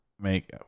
make